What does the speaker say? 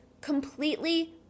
completely